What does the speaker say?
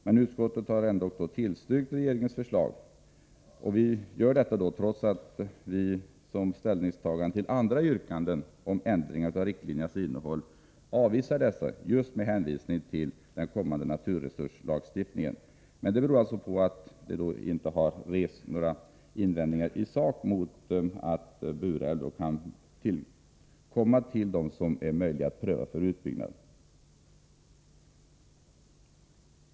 Men vi tillstyrker ändå i utskottet regeringens förslag, trots att ställningstagande till andra yrkanden om ändring av riktlinjernas innehåll avvisas just med hänvisning till den kommande naturresurslagstiftningen. I detta fall har det emellertid inte rests några invändningar i sak mot att Bure älv hänförs till dem som är möjliga att pröva för en utbyggnad.